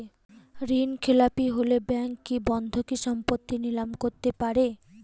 ঋণখেলাপি হলে ব্যাঙ্ক কি বন্ধকি সম্পত্তি নিলাম করতে পারে?